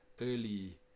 early